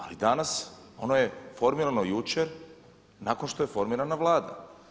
Ali danas ono je formirano jučer nakon što je formirana Vlada.